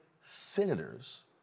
senators